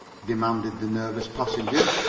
demanded the nervous passenger.